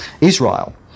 Israel